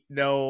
no